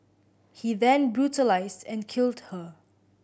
he then brutalised and killed her